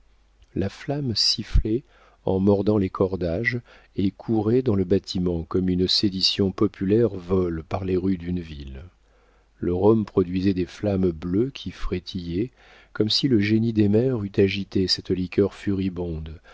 la flamme sifflait en mordant les cordages et courait dans le bâtiment comme une sédition populaire vole par les rues d'une ville le rhum produisait des flammes bleues qui frétillaient comme si le génie des mers eût agité cette liqueur furibonde